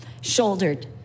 shouldered